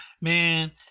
Man